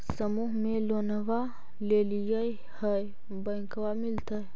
समुह मे लोनवा लेलिऐ है बैंकवा मिलतै?